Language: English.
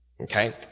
Okay